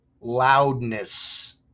Loudness